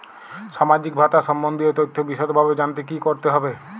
সামাজিক ভাতা সম্বন্ধীয় তথ্য বিষদভাবে জানতে কী করতে হবে?